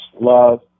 love